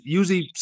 usually